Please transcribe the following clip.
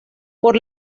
por